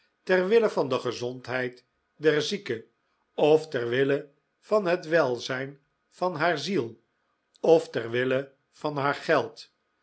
ter wille van de gezondheid der zieke of ter wille van het welzijn van haar ziel of ter wille van haar geld